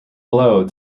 blow